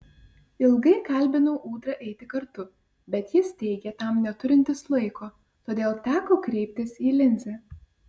ilgai kalbinau ūdrą eiti kartu bet jis teigė tam neturintis laiko todėl teko kreiptis į linzę